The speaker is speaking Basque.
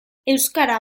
euskara